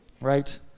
right